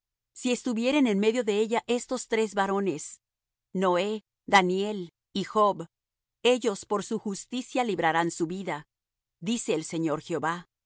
si estuvieren en medio de ella estos tres varones noé daniel y job ellos por su justicia librarán su vida dice el señor jehová y